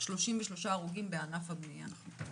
33 הרוגים בענף הבנייה.